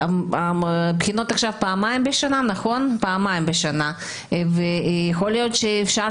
הבחינות עכשיו פעמיים בשנה ויכול להיות שאפשר